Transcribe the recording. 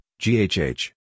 GHH